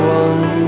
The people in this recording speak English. one